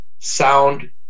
sound